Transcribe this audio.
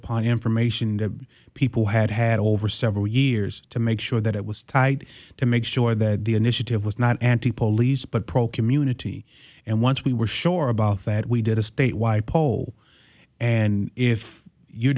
upon information that people had had over several years to make sure that it was tight to make sure that the initiative was not anti police but pro community and once we were sure about that we did a statewide poll and if you